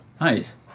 Nice